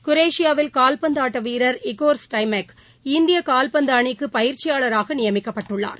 குரேஷியாவில் கால்பந்து ஆட்ட வீரர் இகோர் ஸ்டைமேக் இந்திய கால்பந்து அணிக்கு பயிற்சியாளராக நியமிக்கப்பட்டுள்ளார்